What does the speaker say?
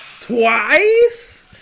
Twice